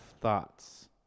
Thoughts